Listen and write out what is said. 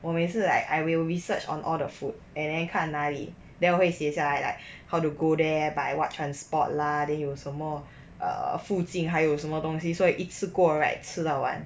我每次 like I will research on all the food and then 看哪里 then 会写下来 like how to go there by what transport lah then 有什么 err 附近还有什么东西所以一次过 right 吃到完